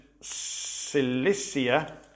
Cilicia